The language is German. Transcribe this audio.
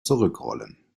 zurückrollen